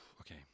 Okay